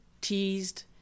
teased